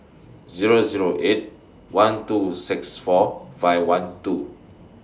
Zero Zero eight one two six four five one two